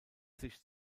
sich